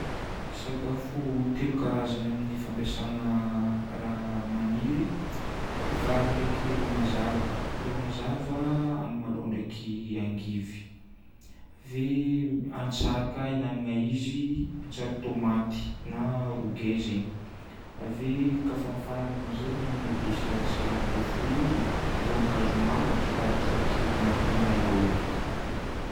Sakafo telo karazagna amin'ny fampiasagna raha magniry: vary ndraiky ro mazava. Ro mazava: agnamalaho ndraiky angivy. Ave antsary ka ihinagnana izy, antsary tomaty na rougail zegny. Ave kafa amin'ny farany amin'izay mihignana déssert salade de fruit, voankazo maro atrôtro miaraka amina yaourt.